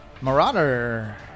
Marauder